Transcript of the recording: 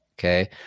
Okay